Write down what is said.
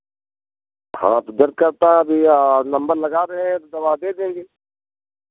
हाँ तो दर्द करता है अभी नंबर लगा रहे हैं तो दवा दे देंगे